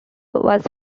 was